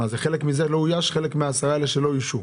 חלק מזה לא אויש, חלק מה-10 האלה שלא אוישו.